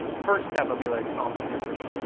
first step i'd be like, oh my gosh,